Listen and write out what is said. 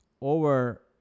over